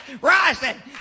rising